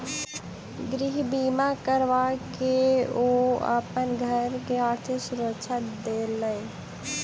गृह बीमा करबा के ओ अपन घर के आर्थिक सुरक्षा देलैन